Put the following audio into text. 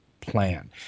plan